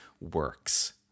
works